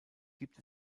gibt